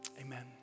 Amen